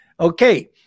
Okay